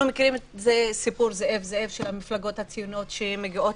אנחנו מכירים את הסיפור זאב-זאב של המפלגות הציוניות שבאות